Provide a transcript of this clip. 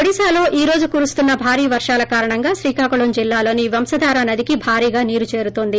ఓడిశాలో ఈ రోజు కురుస్తున్న భారీ వర్గాల కారణంగా శ్రీకాకుళం జిల్లాలోని వంశధార నదికి భారీగా నీరు చేరుతోంది